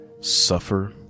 suffer